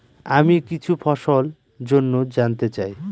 আমি কিছু ফসল জন্য জানতে চাই